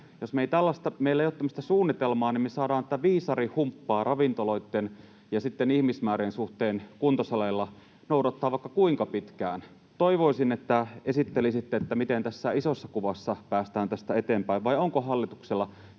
Jos meillä ei ole tämmöistä suunnitelmaa, niin me saadaan tätä viisarihumppaa ravintoloitten ja ihmismäärien suhteen kuntosaleilla noudattaa vaikka kuinka pitkään. Toivoisin, että esittelisitte, miten tässä isossa kuvassa päästään tästä eteenpäin. Vai onko hallituksella